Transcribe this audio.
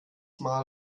mal